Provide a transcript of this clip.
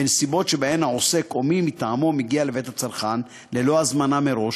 בנסיבות שבהן העוסק או מי מטעמו מגיע לבית הצרכן ללא הזמנה מראש,